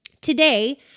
Today